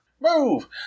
Move